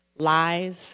lies